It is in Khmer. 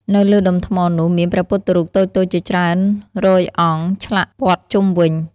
នៅលើដុំថ្មនោះមានព្រះពុទ្ធរូបតូចៗជាច្រើនរយអង្គឆ្លាក់ព័ទ្ធជុំវិញ។